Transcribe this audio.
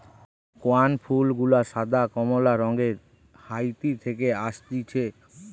স্কেয়ান ফুল গুলা সাদা, কমলা রঙের হাইতি থেকে অসতিছে